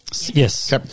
Yes